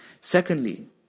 Secondly